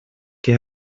que